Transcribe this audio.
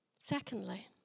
Secondly